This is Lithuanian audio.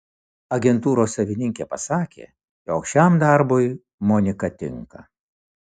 agentūros savininkė pasakė jog šiam darbui monika tinka